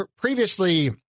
previously